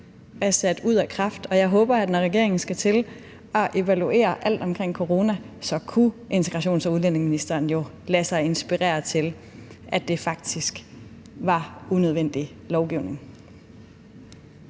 er sat ud af kraft. Og jeg håber, når regeringen skal til at evaluere alt vedrørende corona, at integrations- og udlændingeministeren så kunne lade sig inspirere til at beslutte, at det faktisk var unødvendig lovgivning.